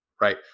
right